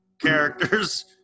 characters